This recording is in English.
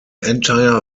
entire